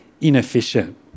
inefficient